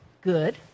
good